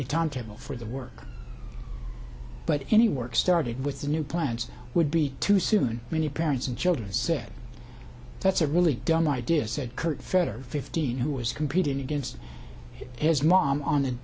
timetable for the work but any work started with the new plans would be too soon many parents and children said that's a really dumb idea said kurt fedor fifteen who was competing against his mom on the